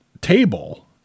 table